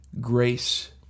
Grace